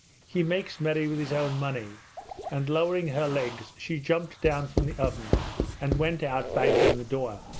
he makes merry with his own money and lowering her legs she jumped down from the oven and went out banging the door.